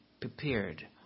Prepared